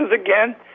again